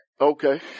Okay